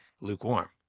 lukewarm